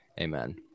Amen